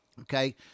Okay